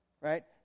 right